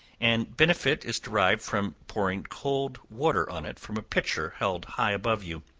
and benefit is derived from pouring cold water on it from a pitcher held high above you.